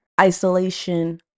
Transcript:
isolation